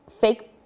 fake